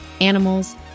animals